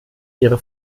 ihre